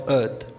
earth